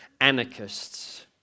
anarchists